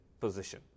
position